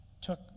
took